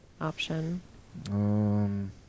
Option